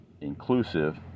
inclusive